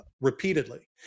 repeatedly